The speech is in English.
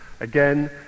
again